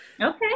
Okay